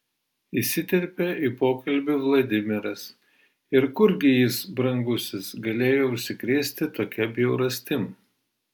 įsiterpė į pokalbį vladimiras ir kurgi jis brangusis galėjo užsikrėsti tokia bjaurastim